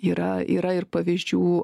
yra yra ir pavyzdžių